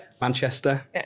Manchester